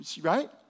Right